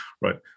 right